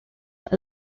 let